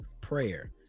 prayer